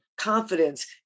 confidence